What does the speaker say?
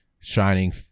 Shining